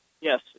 yes